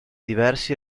diversi